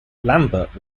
lambert